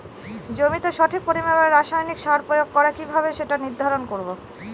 জমিতে সঠিক পরিমাণে রাসায়নিক সার প্রয়োগ করা কিভাবে সেটা নির্ধারণ করব?